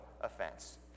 offense